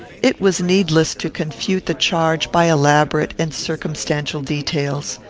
it was needless to confute the charge by elaborate and circumstantial details.